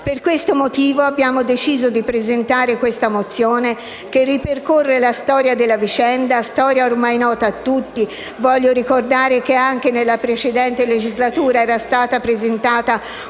Per questo motivo abbiamo deciso di presentare questa mozione che ripercorre la storia della vicenda, storia ormai nota a tutti. Voglio ricordare che anche nella precedente legislatura era stata presentata una mozione